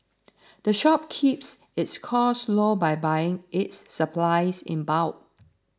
the shop keeps its costs low by buying its supplies in bulk